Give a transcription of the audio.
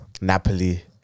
Napoli